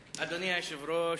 היושב-ראש,